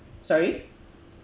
sorry